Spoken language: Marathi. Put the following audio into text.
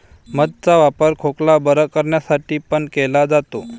मध चा वापर खोकला बरं करण्यासाठी पण केला जातो